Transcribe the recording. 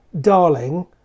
darling